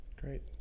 Great